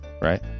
right